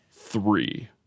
three